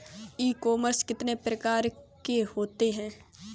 ई commerce कितने प्रकार के होते हैं?